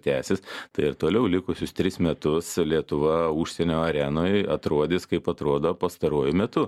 tęsis tai ir toliau likusius tris metus lietuva užsienio arenoj atrodys kaip atrodo pastaruoju metu